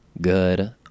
good